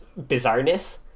bizarreness